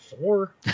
Four